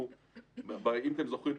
אם אתם זוכרים,